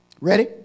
Ready